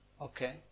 Okay